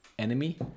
enemy